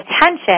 attention